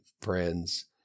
friends